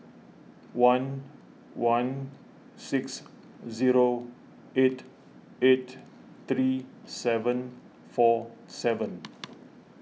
one one six zero eight eight three seven four seven